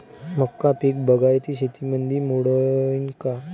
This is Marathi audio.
मका पीक बागायती शेतीमंदी मोडीन का?